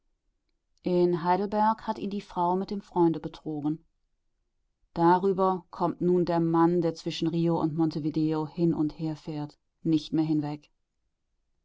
in heidelberg hat ihn die frau mit dem freunde betrogen darüber kommt nun der mann der zwischen rio und montevideo hin und her fährt nicht mehr hinweg